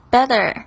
Better